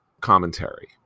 commentary